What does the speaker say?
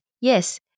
yes